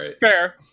fair